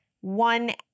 one